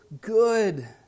good